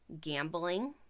gambling